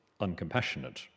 uncompassionate